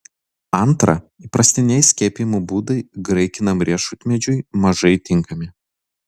antra įprastiniai skiepijimo būdai graikiniam riešutmedžiui mažai tinkami